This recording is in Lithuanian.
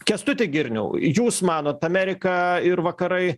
kęstuti girniau jūs manot amerika ir vakarai